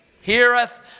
heareth